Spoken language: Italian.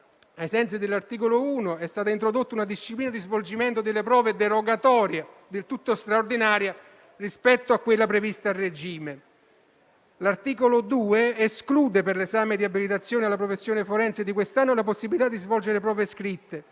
ai sensi dell'articolo 1, è stata introdotta una disciplina di svolgimento delle prove derogatorie del tutto straordinaria rispetto a quella prevista a regime. L'articolo 2 esclude, per l'esame di abilitazione alla professione forense di quest'anno, la possibilità di svolgere prove scritte.